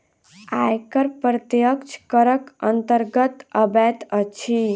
आयकर प्रत्यक्ष करक अन्तर्गत अबैत अछि